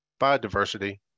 biodiversity